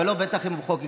אבל בטח לא עם המחוקקים.